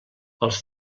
els